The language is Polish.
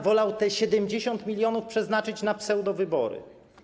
Wolał te 70 mln przeznaczyć na pseudowybory.